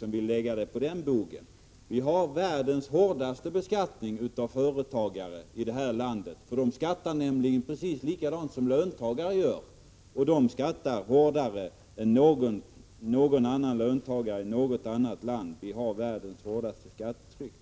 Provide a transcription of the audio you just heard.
vill lägga resonemanget på den bogen. Vi har i vårt land världens hårdaste beskattning av företagare. De beskattas nämligen precis som löntagare, och dessa beskattas hårdare än löntagare i något annat land. Vi har världens hårdaste skattetryck.